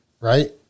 right